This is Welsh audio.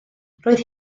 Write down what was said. roedd